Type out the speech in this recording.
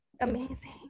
Amazing